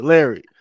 Larry